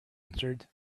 answered